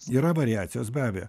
yra variacijos be abejo